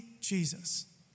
Jesus